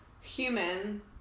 human